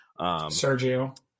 Sergio